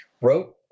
Wrote